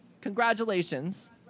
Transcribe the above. Congratulations